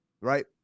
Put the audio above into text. right